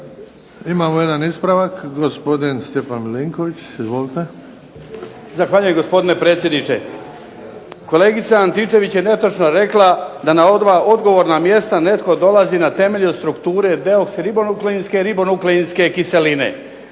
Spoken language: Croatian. Imamo jedan ispravak, gospodin Stjepan Milinković. Izvolite. **Milinković, Stjepan (HDZ)** Zahvaljujem gospodine predsjedniče. Kolegica Antičević je netočno rekla da na oba odgovorna mjesta netko dolazi na temelju strukture .../Govornik se ne razumije./... ribonukleinske kiseline.